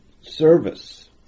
service